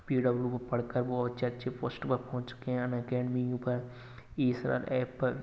P W को पढ़कर बहुत अच्छे अच्छे पोस्ट पर पहुँच चुके हैं अनएकैडमी के ऊपर ई सरल ऐप पर